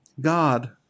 God